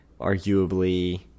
arguably